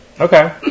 Okay